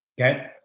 Okay